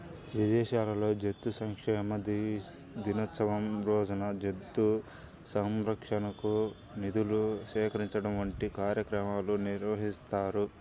విదేశాల్లో జంతు సంక్షేమ దినోత్సవం రోజున జంతు సంరక్షణకు నిధులు సేకరించడం వంటి కార్యక్రమాలు నిర్వహిస్తారు